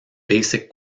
basic